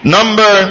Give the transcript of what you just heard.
Number